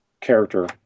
character